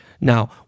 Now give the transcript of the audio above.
Now